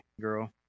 girl